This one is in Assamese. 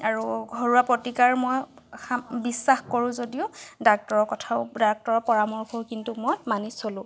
আৰু ঘৰুৱা প্ৰতিকাৰ মই সা বিশ্বাস কৰো যদিও ডাক্টৰৰ কথাও ডাক্টৰৰ পৰামৰ্শও কিন্তু মই মানি চলো